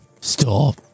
Stop